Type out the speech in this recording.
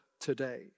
today